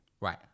Right